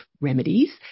remedies